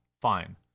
Fine